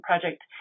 Project